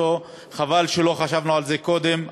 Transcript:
וחבל שלא חשבנו על זה קודם.